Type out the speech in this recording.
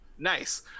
Nice